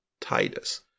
Titus